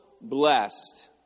blessed